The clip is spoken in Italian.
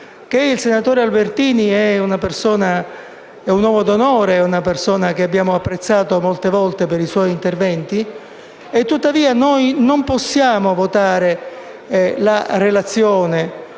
il senatore Albertini è un uomo d'onore e una persona che abbiamo apprezzato molte volte per i suoi interventi. Tuttavia, non possiamo votare a favore